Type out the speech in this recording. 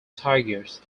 tigers